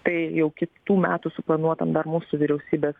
tai jau kitų metų suplanuotam dar mūsų vyriausybės